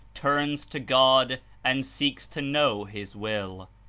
turns to god and seeks to know his will.